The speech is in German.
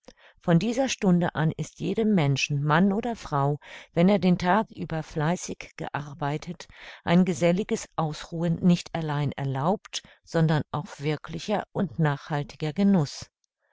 von dieser stunde an ist jedem menschen mann oder frau wenn er den tag über fleißig gearbeitet ein geselliges ausruhen nicht allein erlaubt sondern auch wirklicher und nachhaltiger genuß